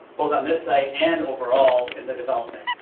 both on this site, and overall in the development.